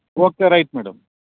okay right madam